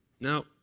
Now